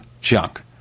junk